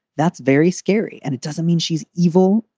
that's very scary. and it doesn't mean she's evil.